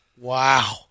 Wow